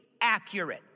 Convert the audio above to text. accurate